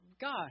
God